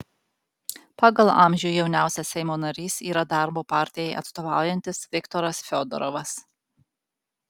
pagal amžių jauniausias seimo narys yra darbo partijai atstovaujantis viktoras fiodorovas